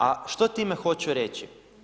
A što time hoću reći?